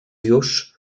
już